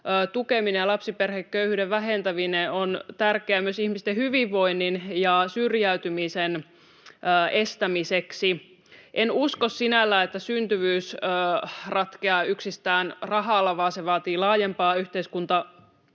tukeminen ja lapsiperheköyhyyden vähentäminen on tärkeää myös ihmisten hyvinvoinnin ja syrjäytymisen estämiseksi. En usko sinällään, että syntyvyys ratkeaa yksistään rahalla, vaan se vaatii laajempaa yhteiskuntapolitiikkaa,